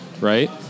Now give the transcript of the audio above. right